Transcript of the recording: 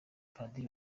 padiri